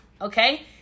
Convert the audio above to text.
okay